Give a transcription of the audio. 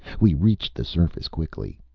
we reached the surface quickly.